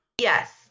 Yes